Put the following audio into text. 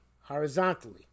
horizontally